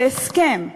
זה הסכם.